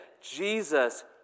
Jesus